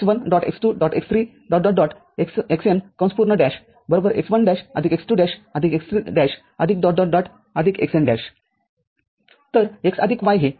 xN' x1' x2' x3' xN' तर x आदिक y हे